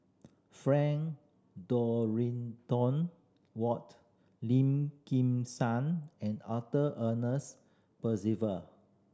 Frank Dorrington Ward Lim Kim San and Arthur Percival